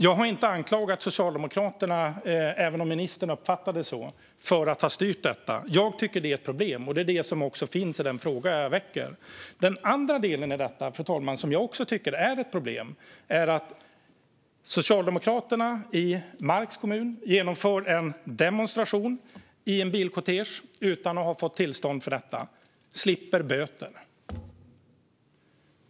Jag har inte anklagat Socialdemokraterna för att ha styrt detta, även om ministern uppfattade det på det sättet. Jag tycker att det är ett problem. Det är också det som finns i den fråga jag ställer. Den andra delen i detta, som jag också tycker är ett problem, är att när Socialdemokraterna i Marks kommun genomför en demonstration i en bilkortege utan att ha fått tillstånd för det slipper de böter.